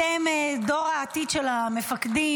אתם דור העתיד של המפקדים,